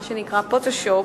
מה שנקרא "פוטושופ",